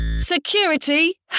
Security